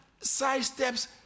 sidesteps